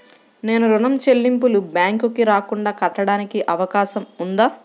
నేను ఋణం చెల్లింపులు బ్యాంకుకి రాకుండా కట్టడానికి అవకాశం ఉందా?